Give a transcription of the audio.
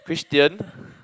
Christian